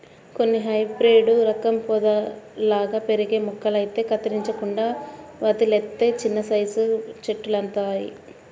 కొన్ని హైబ్రేడు రకం పొదల్లాగా పెరిగే మొక్కలైతే కత్తిరించకుండా వదిలేత్తే చిన్నసైజు చెట్టులంతవుతయ్